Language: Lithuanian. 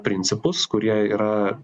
principus kurie yra